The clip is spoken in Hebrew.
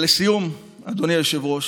לסיום, אדוני היושב-ראש,